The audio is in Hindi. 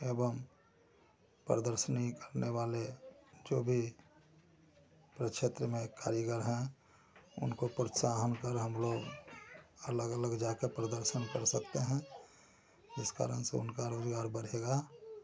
एवं प्रदर्शनी करने वाले जो भी पूरे क्षेत्र में कारीगर हैं उनको प्रोत्साहन कर हम लोग अलग अलग जा के प्रदर्शन कर सकते हैं जिस कारण से उनका रोज़गार बढ़ेगा